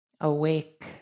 awake